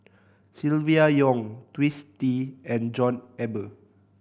Silvia Yong Twisstii and John Eber